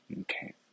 okay